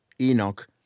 Enoch